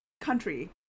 country